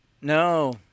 No